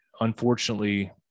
unfortunately